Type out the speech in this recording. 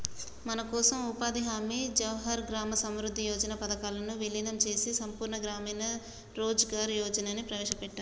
మనకోసం ఉపాధి హామీ జవహర్ గ్రామ సమృద్ధి యోజన పథకాలను వీలినం చేసి సంపూర్ణ గ్రామీణ రోజ్గార్ యోజనని ప్రవేశపెట్టారు